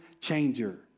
changer